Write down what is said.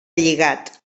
lligat